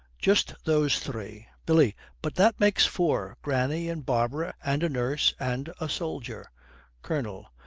just those three billy. but that makes four. granny and barbara and a nurse and a soldier colonel.